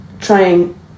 trying